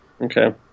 Okay